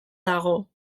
dago